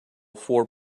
four